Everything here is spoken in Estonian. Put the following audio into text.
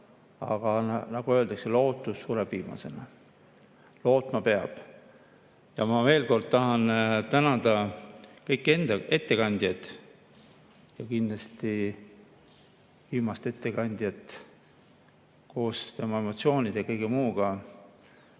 Aga nagu öeldakse, lootus sureb viimasena. Lootma peab. Ma veel kord tahan tänada kõiki ettekandjaid ja eriti kindlasti viimast ettekandjat koos tema emotsioonide ja kõige muuga.